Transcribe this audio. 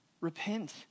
Repent